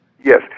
yes